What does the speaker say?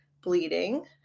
bleeding